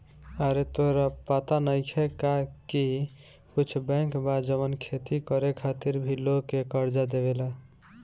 आरे तोहरा पाता नइखे का की कुछ बैंक बा जवन खेती करे खातिर भी लोग के कर्जा देवेला